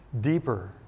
deeper